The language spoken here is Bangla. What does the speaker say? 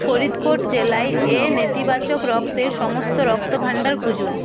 ফরিদকোট জেলায় এ নেতিবাচক রক্তের সমস্ত রক্তভাণ্ডার খুঁজুন